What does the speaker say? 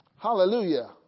Hallelujah